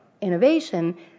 Innovation